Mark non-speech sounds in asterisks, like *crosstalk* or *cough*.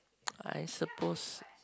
*noise* I suppose